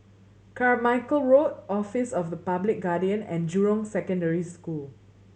Carmichael Road Office of the Public Guardian and Jurong Secondary School